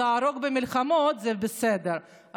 להרוג במלחמות זה בסדר,